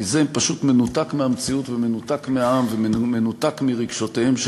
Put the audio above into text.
כי זה פשוט מנותק מהמציאות ומנותק מהעם ומנותק מרגשותיהם של